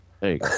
Hey